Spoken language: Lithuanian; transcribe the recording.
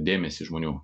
dėmesį žmonių